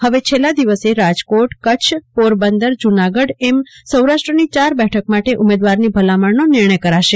હવે છેલ્લા દિવસે રાજકોટ કચ્છ પોરબંદર જૂનાગઢ એમ સૌરાષ્ટ્રની ચાર બેઠક માટે ઉમેદવારની ભલામણનો નિર્જાય કરાશે